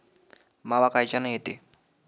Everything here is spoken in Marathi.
मावा कायच्यानं येते?